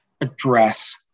address